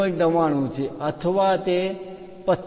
99 છે અથવા તે 25